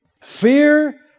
Fear